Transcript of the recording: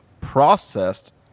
processed